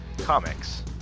comics